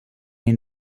den